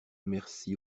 merci